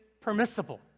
permissible